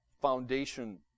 foundation